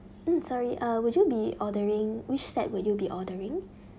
mm sorry uh would you be ordering which set will you be ordering